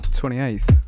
28th